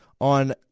on